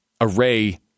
array